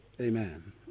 Amen